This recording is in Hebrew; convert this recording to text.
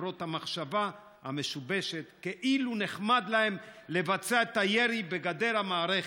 למרות המחשבה המשובשת כאילו נחמד להם לבצע את הירי בגדר המערכת,